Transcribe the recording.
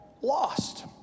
lost